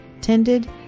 tended